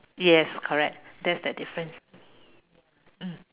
yes correct that's the difference mm